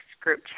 group